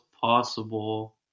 possible